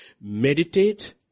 meditate